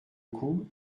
coup